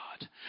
God